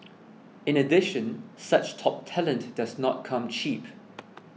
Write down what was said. in addition such top talent does not come cheap